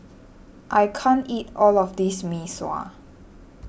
I can't eat all of this Mee Sua